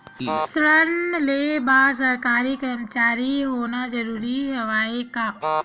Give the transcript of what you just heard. ऋण ले बर सरकारी कर्मचारी होना जरूरी हवय का?